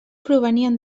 provenien